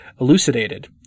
elucidated